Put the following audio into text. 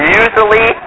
usually